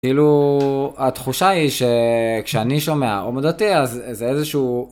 כאילו, התחושה היא שכשאני שומע הומו דתי אז זה איזה שהוא.